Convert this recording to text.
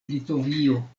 litovio